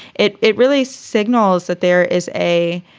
it it really signals that there is a